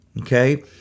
Okay